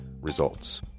results